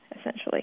essentially